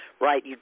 right